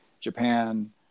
Japan